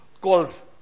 Calls